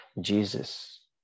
Jesus